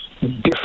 different